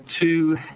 two